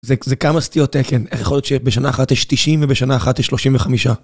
זה כמה סטיות תקן, איך יכול להיות שבשנה אחת יש 90 ובשנה אחת יש 35?